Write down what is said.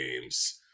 games